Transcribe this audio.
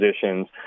positions